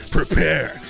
Prepare